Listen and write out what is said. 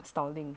styling